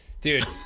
Dude